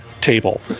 table